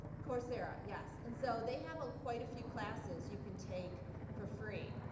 coursera, yes. and so they have ah quite a few classes you can take for free.